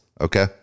Okay